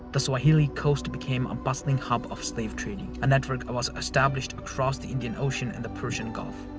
the swahili coast became a bustling hub of slave trading. a network was established across the indian ocean and the persian gulf.